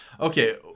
Okay